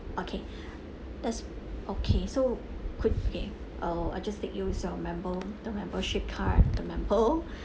okay that's okay so quick okay I'll I just take you as our member the membership card the member